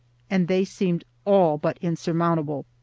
and they seemed all but insurmountable.